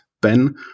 Ben